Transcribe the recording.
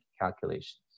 calculations